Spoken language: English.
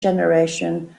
generation